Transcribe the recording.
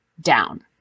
down